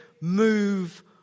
move